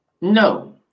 No